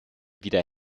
wieder